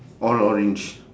all orange